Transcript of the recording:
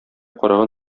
караган